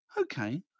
Okay